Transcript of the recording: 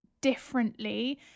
differently